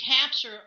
capture